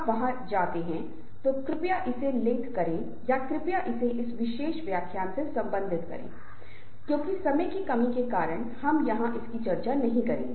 यह बहुत महत्वपूर्ण है क्योंकि अगर लोगों को एक दूसरे की समझ नहीं होगी तो समूह के बीच अच्छी बातचीत नहीं होगी